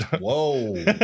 Whoa